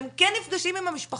אתם כן נפגשים עם המשפחות,